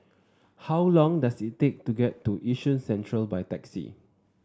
how long does it take to get to Yishun Central by taxi